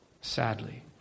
Sadly